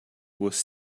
was